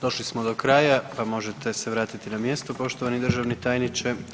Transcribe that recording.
Došli smo do kraja pa možete se vratiti na mjesto poštovani državni tajniče.